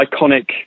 iconic